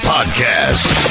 Podcast